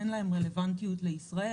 אין להם רלוונטיות לישראל.